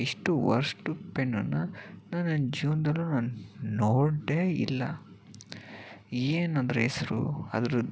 ಇಷ್ಟು ವರ್ಷ್ಟು ಪೆನ್ನನ್ನು ನಾನು ನನ್ನ ಜೀವನದಲ್ಲೂ ನಾನು ನೋಡೆ ಇಲ್ಲ ಏನೆಂದ್ರೆ ಹೆಸರು ಅದ್ರದ್ದು